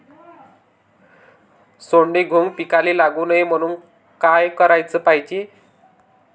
सोंडे, घुंग पिकाले लागू नये म्हनून का कराच पायजे?